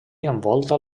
envolta